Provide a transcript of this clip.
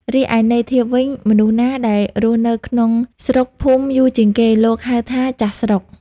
រីឯ ន័យធៀបវិញ មនុស្សណាដែលរស់នៅក្នុងស្រុកភូមិយូរជាងគេ លោកហៅថា «ចាស់ស្រុក» ។